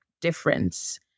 difference